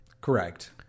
Correct